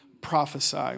prophesy